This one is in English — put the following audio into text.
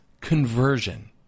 conversion